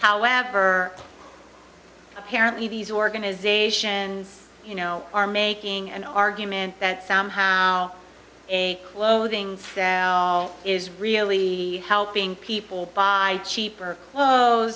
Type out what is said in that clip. however apparently these organizations you know are making an argument that somehow a clothing is really helping people buy cheaper